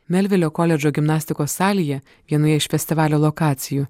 melvilio koledžo gimnastikos salėje vienoje iš festivalio lokacijų